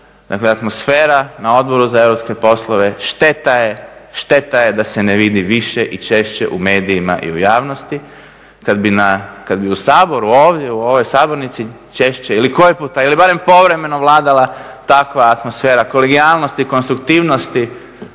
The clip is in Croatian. dakle atmosfera na Odboru za europske poslove šteta je da se ne vidi više i češće u medijima i u javnosti. Kad bi u Saboru, ovdje u ovoj sabornici češće ili koji puta ili barem povremeno vladala takva atmosfera kolegijalnosti i konstruktivnosti,